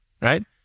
right